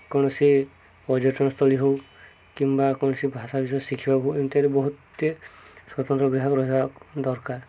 କୌଣସି ପର୍ଯ୍ୟଟନସ୍ଥଳୀ ହେଉ କିମ୍ବା କୌଣସି ଭାଷା ବିଷୟରେ ଶିଖିବାକୁ ହେଉ ଏମିତି ବହୁତ୍ଟେ ସ୍ୱତନ୍ତ୍ର ବିଭାଗ ରହିବା ଦରକାର